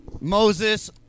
Moses